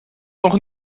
noch